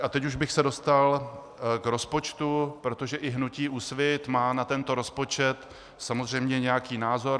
A teď už bych se dostal k rozpočtu, protože i hnutí Úsvit má na tento rozpočet samozřejmě nějaký názor.